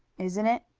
isn't it?